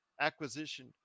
acquisition